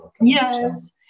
Yes